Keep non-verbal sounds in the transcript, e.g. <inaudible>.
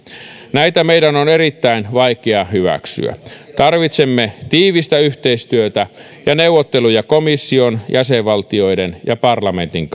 näitä meidän on erittäin vaikea hyväksyä tarvitsemme tiivistä yhteistyötä ja neuvotteluja komission jäsenvaltioiden ja parlamentin <unintelligible>